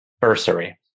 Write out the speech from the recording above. bursary